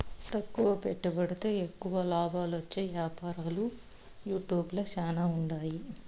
తక్కువ పెట్టుబడితో ఎక్కువ లాబాలొచ్చే యాపారాలు యూట్యూబ్ ల శానా ఉండాయి